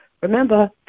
remember